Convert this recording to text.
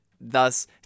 thus